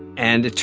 and,